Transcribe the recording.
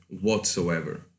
whatsoever